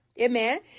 Amen